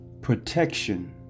Protection